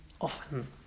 often